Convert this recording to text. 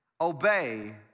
obey